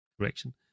correction